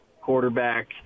quarterback